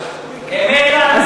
אמת לאמיתה, אמת לאמיתה.